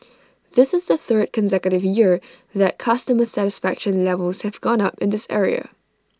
this is the third consecutive year that customer satisfaction levels have gone up in this area